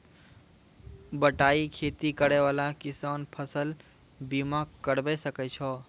बटाई खेती करै वाला किसान फ़सल बीमा करबै सकै छौ?